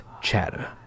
chatter